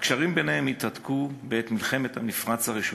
הקשרים ביניהם התהדקו בעת מלחמת המפרץ הראשונה,